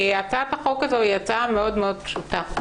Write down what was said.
הצעת החוק הזאת היא הצעה מאוד מאוד פשוטה.